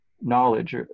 knowledge